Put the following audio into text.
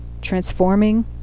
Transforming